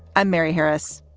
i'm mary harris.